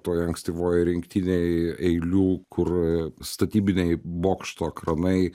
toj ankstyvoj rinktinėj eilių kur statybiniai bokšto kranai